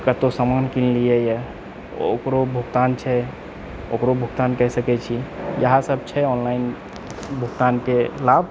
कतहुंँ समान किनलियैए ओकरो भुगतान छै ओकरो भुगतान कए सकैत छी इहए सब छै ऑनलाइन भुगतानके लाभ